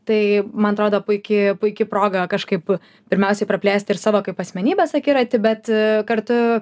tai man atrodo puiki puiki proga kažkaip pirmiausiai praplėst ir savo kaip asmenybės akiratį bet kartu